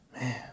Man